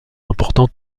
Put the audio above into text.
emportant